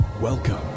Welcome